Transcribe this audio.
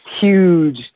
huge